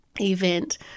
event